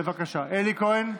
בבקשה.